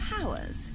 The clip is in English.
powers